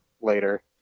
later